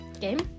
game